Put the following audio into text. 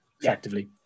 Effectively